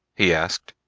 he asked.